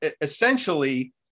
essentially